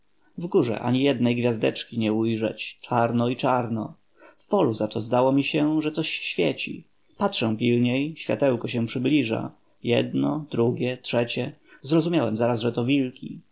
w górze ani jednej gwiazdeczki nie ujrzeć czarno i czarno w polu za to zdało mi się że coś świeci patrzę pilniej światełko się przybliża jedno drugie trzecie zrozumiałem zaraz że to wilki